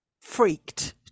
freaked